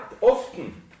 often